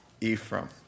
Ephraim